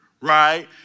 right